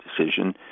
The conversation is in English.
decision